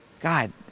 God